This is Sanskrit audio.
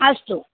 अस्तु